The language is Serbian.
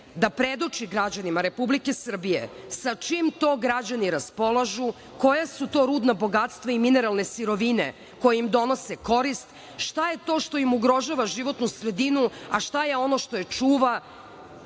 da predoči građanima Republike Srbije sa čim to građani raspolažu, koja su to rudna bogatstva i mineralne sirovine koje im donose korist, šta je to što im ugrožava životnu sredinu a šta je ono što je čuva.